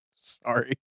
Sorry